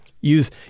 Use